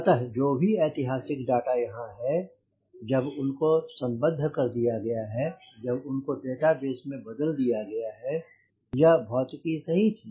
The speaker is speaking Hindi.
अतः जो भी ऐतिहासिक डाटा यहाँ है जब उनको सम्बद्ध कर दिया गया है जब उनको डेटाबेस में बदल दिया गया है यह भौतिकी सही थी